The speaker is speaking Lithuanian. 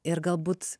ir galbūt